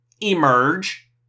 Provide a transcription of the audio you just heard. emerge